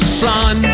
sun